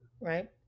Right